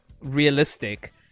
realistic